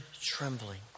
trembling